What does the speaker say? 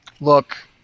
Look